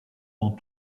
dans